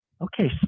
okay